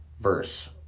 verse